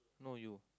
no you